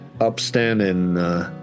upstanding